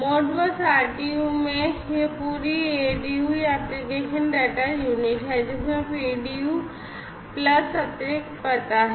Modbus RTU में और यह पूरी एडीयू या एप्लिकेशन डेटा यूनिट है जिसमें पीडीयू प्लस अतिरिक्त पता है